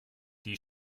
die